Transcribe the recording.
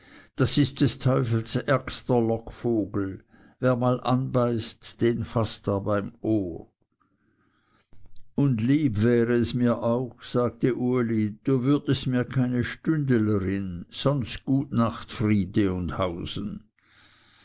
das ist des teufels ärgster lockvogel wer mal anbeißt den faßt er beim ohr und lieb wäre es mir auch sagte uli du würdest mir keine stündelerin sonst gut nacht friede und hausen